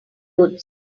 goods